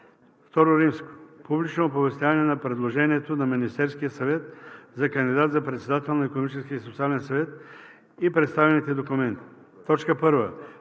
събрание. II. Публично оповестяване на предложението на Министерския съвет за кандидат за председател на Икономическия и социален съвет и представените документи. 1.